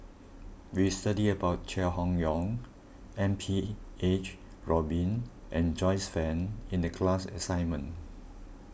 we studied about Chai Hon Yoong M P H Rubin and Joyce Fan in the class assignment